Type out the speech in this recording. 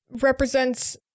represents